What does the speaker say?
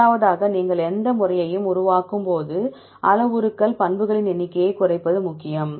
இரண்டாவதாக நீங்கள் எந்த முறையையும் உருவாக்கும்போது அளவுருக்கள் பண்புகளின் எண்ணிக்கையைக் குறைப்பது முக்கியம்